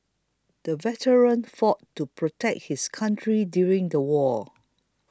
the veteran fought to protect his country during the war